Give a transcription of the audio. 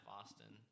Austin